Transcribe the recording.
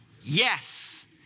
Yes